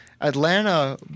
Atlanta